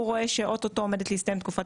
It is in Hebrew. הוא רואה שאו-טו-טו עומדת להסתיים תקופת